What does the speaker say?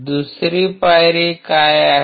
दुसरी पायरी काय आहे